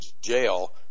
jail